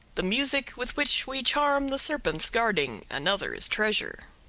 the music with which we charm the serpents guarding another's treasure.